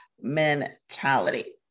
mentality